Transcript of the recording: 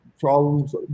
problems